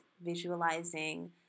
visualizing